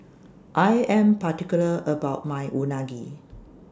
I Am particular about My Unagi